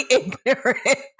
ignorant